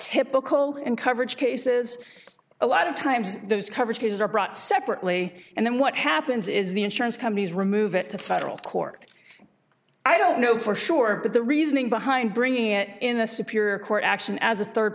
typical and coverage cases a lot of times those covered cases are brought separately and then what happens is the insurance companies remove it to federal court i don't know for sure but the reasoning behind bringing it in a superior court action as a third